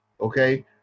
okay